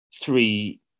three